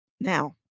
now